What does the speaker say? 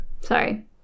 Sorry